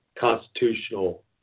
constitutional